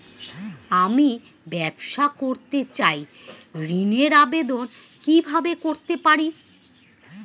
আমি ব্যবসা করতে চাই ঋণের আবেদন কিভাবে করতে পারি?